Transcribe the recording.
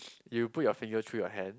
if you put your finger through your hand